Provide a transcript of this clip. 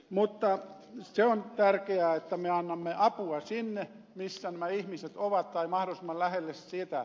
mutta se on tärkeää että me annamme apua sinne missä nämä ihmiset ovat tai mahdollisimman lähelle sitä